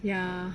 ya